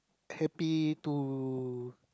happy to